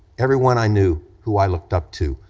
everyone i knew, who i looked up to,